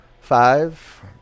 Five